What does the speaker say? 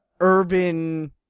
urban